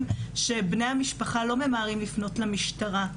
שבני המשפחה לא ממהרים לפנות למשטרה,